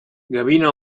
gavina